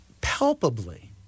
palpably